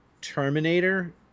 terminator